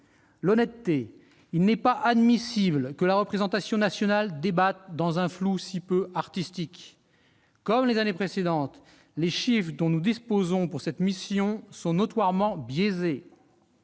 d'abord : il n'est pas admissible que la représentation nationale débatte dans un flou si peu artistique. Comme les années précédentes, les chiffres dont nous disposons pour cette mission sont notoirement biaisés.